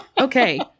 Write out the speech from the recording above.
okay